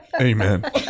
Amen